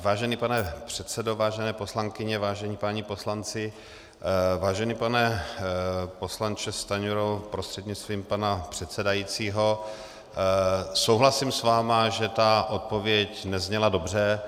Vážený pane předsedo, vážené poslankyně, vážení páni poslanci, vážený pane poslanče Stanjuro prostřednictvím pana předsedajícího, souhlasím s vámi, že ta odpověď nezněla dobře.